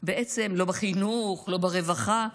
לא בחינוך, לא ברווחה.